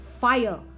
fire